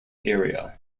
area